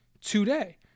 today